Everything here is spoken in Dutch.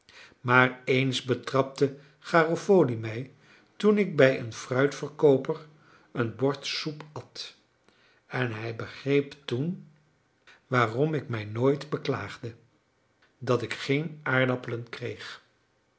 maar eens betrapte garofoli mij toen ik bij een fruitverkooper een bord soep at en hij begreep toen waarom ik mij nooit beklaagde dat ik geen aardappelen kreeg